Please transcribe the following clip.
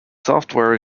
software